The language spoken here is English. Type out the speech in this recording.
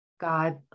God